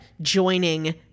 joining